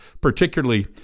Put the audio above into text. particularly